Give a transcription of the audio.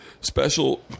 special